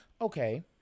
okay